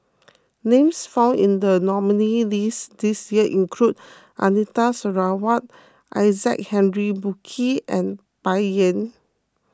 names found in the nominees' list this year include Anita Sarawak Isaac Henry Burkill and Bai Yan